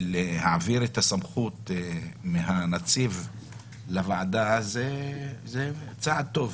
שלהעביר את הסמכות מהנציב לוועדה זה צעד טוב